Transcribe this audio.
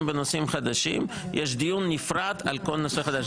בנושאים חדשים יש דיון נפרד על כל נושא חדש.